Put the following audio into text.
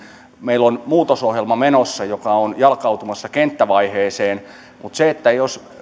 meillä on muutosohjelma menossa joka on jalkautumassa kenttävaiheeseen mutta